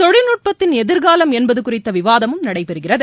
தொழில்நுட்பத்தின் எதிர்காலம் என்பது குறித்த விவாதமும் நடைபெறுகிறது